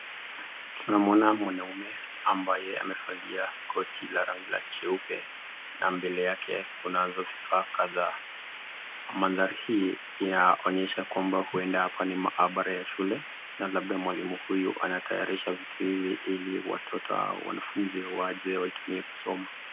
Tunaona mwanaume ambaye amefalia koti la rangi nyeupe na mbele yake kunazo vifaa kadhaa madha hii inaonyesha huenda hapa ni maebarest shule na labda mwalimu huyu anatayarisha vitu hivi ili watoto hawa ama watoto na wanafunzi hawa wache kusoma.